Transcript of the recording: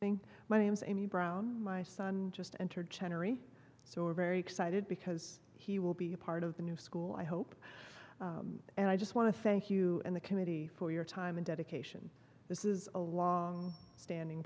think my name's amy brown my son just entered generally so very excited because he will be part of the new school i hope and i just want to thank you and the committee for your time and dedication this is a long standing